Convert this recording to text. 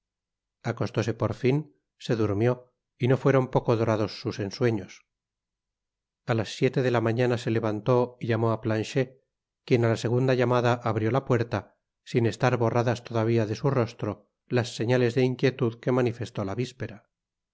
acostóse por fin se durmió y no fueron poco dorados sus ensueños a las siete de la mañana se levantó y llamó á planchet quien á la segunda llamada abrió la puerta sin estar borradas todavia de su rostro las señales de inquietud que manifestó la vispera